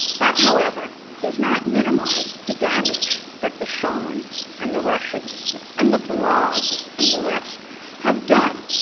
that, however, does not minimize the damage that the sean's and the rush's and the blogs and the rest have done.